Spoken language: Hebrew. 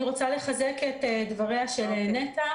אני רוצה לחזק את דבריה של נטע.